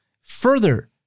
further